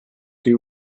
due